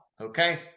Okay